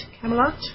Camelot